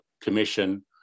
commission